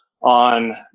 on